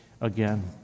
again